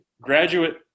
graduate